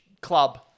club